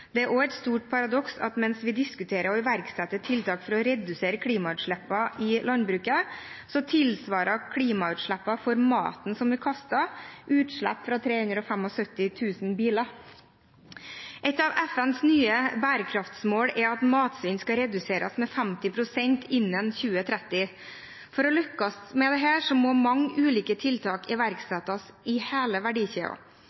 Det er også et stort paradoks at mens vi diskuterer å iverksette tiltak for å redusere klimautslippene i landbruket, tilsvarer klimautslippene for maten som vi kaster, utslipp fra 375 000 biler. Et av FNs nye bærekraftsmål er at matsvinn skal reduseres med 50 pst. innen 2030. For å lykkes med dette må mange ulike tiltak